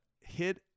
hit